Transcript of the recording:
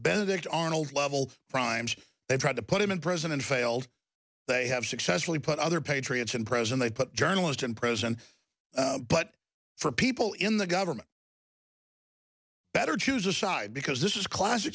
benedict arnolds level prime's they tried to put him in president failed they have successfully put other patriots in present they put journalists in prison but for people in the government better choose a side because this is classic